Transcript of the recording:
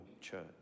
church